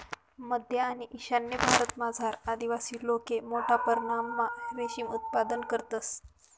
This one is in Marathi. मध्य आणि ईशान्य भारतमझार आदिवासी लोके मोठा परमणमा रेशीम उत्पादन करतंस